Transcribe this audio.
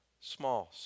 small